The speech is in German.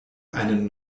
einen